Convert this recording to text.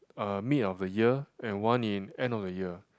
uh mid of the year and one in end of the year